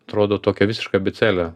atrodo tokia visiška abėcėlė